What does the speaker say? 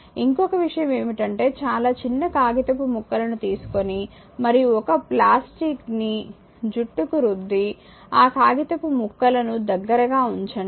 ఇంకొక విషయం ఏమిటంటే చాలా చిన్న కాగితపు ముక్కలను తీసుకొని మరియు ఒక ప్లాస్టిక్ ని జుట్టు కి రుద్ది ఆ కాగితపు ముక్కలకు దగ్గరగా ఉంచండి